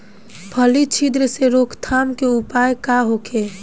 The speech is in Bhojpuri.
फली छिद्र से रोकथाम के उपाय का होखे?